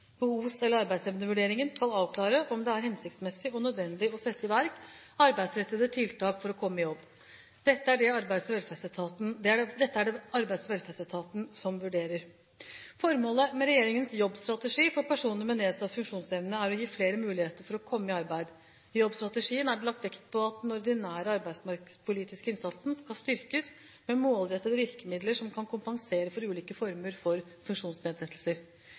Behovs- eller arbeidsevnevurderingen skal avklare om det er hensiktsmessig og nødvendig å sette i verk arbeidsrettede tiltak for å komme i jobb. Dette er det Arbeids- og velferdsetaten som vurderer. Formålet med regjeringens jobbstrategi for personer med nedsatt funksjonsevne er å gi flere muligheter for å komme i arbeid. I jobbstrategien er det lagt vekt på at den ordinære arbeidsmarkedspolitiske innsatsen skal styrkes med målrettede virkemidler som kan kompensere for ulike former for funksjonsnedsettelser.